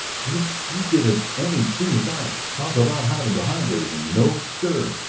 and if you could have only seen his eyes! talk about hiding behind anything. no sir!